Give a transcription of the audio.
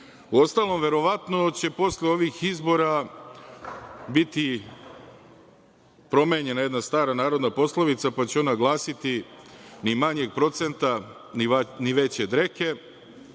Uostalom, verovatno će posle ovih izbora biti promenjena jedna stara narodna poslovica, pa će ona glasiti: „Ni manjeg procenta, ni veće dreke.“,